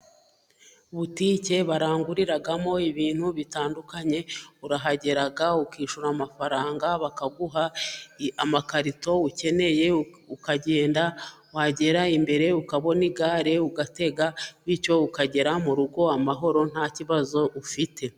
Botike baranguriramo ibintu bitandukanye, urahagera ukishyura amafaranga bakaguha amakarito ukeneye, ukagenda wagera imbere ukabona igare ugatega, bityo ukagera mu rugo amahoro nta kibazo ufite.